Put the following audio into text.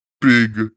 Big